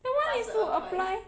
that [one] is to apply